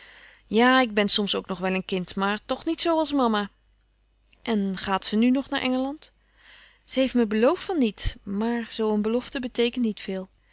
ja ik ben soms ook nog wel een kind maar toch niet zoo als mama en gaàt ze nu nog naar engeland ze heeft me beloofd van niet maar zoo een belofte beteekent niet veel